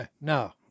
No